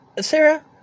Sarah